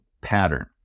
pattern